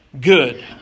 good